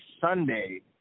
Sunday